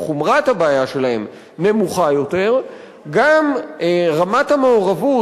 או חומרת הבעיה שלהם נמוכה יותר גם רמת המעורבות,